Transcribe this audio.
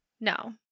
No